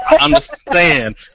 understand